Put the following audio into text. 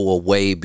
away